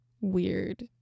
weird